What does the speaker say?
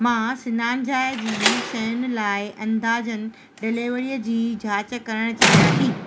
मां सनानु जाइ जी शयुनि लाइ अंदाज़नि डिलीवरीअ जी जांच करणु चाहियां थी